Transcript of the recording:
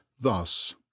thus